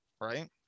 right